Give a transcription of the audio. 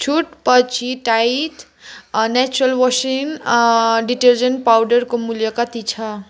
छुटपछि Tide natural washing detergent पाउडरको मूल्य कति छ